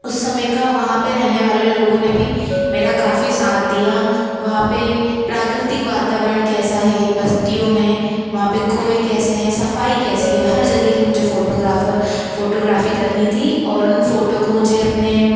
उस समय का वहाँ पे रहने वाले लोगों ने भी मेरा काफ़ी सात दिया वहाँ पे प्राकृतिक वातावरण कैसा है बस्तियों में वहाँ पे कुऍं कैसे हैं सफाई कैसी है हर जगह की मुझे फ़ोटोग्राफ फ़ोटोग्राफी करनी थी और उन फ़ोटो को मुझे अपने